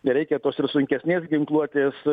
nereikia tos ir sunkesnės ginkluotės